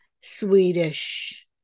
Swedish